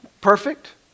perfect